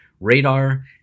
radar